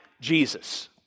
Jesus